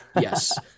Yes